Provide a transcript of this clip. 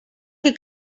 que